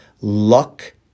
luck